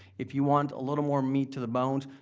if you want a little more meat to the bones,